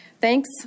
Thanks